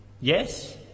Yes